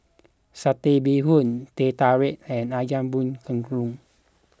Satay Bee Hoon Teh Tarik and Ayam Buah Keluak